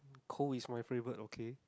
cool is my favourite okay